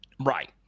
Right